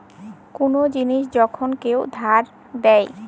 কোন জিনিস যখন কেউ ধার দেয়